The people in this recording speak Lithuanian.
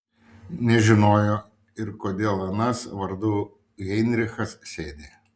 nežinojo ir kodėl anas vardu heinrichas sėdi